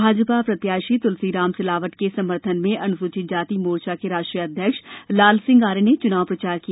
भाजपा प्रत्याषी तुलसीराम सिलावट के समर्थन में अनुसूचित जाति मोर्चा के राष्ट्रीय अध्यक्ष लालसिंह आर्य ने चुनाव प्रचार किया